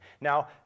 Now